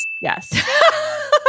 Yes